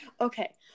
okay